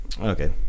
okay